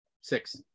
six